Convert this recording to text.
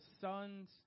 sons